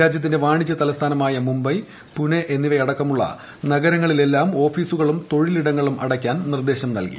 രാജ്യത്തിന്റെ വാണിജ്യ തലസ്ഥാനമായ മുംബൈ പുനെ എന്നിവയടക്കമുള്ള നഗരങ്ങളിലെല്ലാം ഓഫീസുകളും തൊഴിലിടങ്ങളും അടയ്ക്കാൻ നിർദ്ദേശം നൽകി